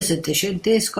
settecentesco